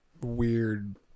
weird